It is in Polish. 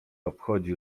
obchodzi